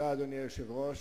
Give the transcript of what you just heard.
אדוני היושב-ראש,